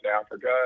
Africa